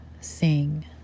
sing